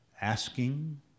asking